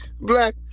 Black